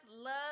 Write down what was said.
love